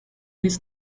his